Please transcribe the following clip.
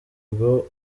bwo